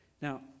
Now